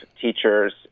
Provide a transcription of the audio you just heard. teachers